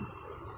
very good